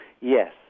Yes